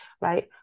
right